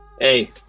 hey